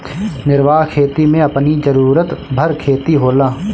निर्वाह खेती में अपनी जरुरत भर खेती होला